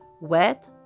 wet